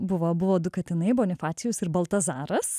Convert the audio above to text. buvo buvo du katinai bonifacijus ir baltazaras